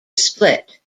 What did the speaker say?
split